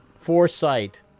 foresight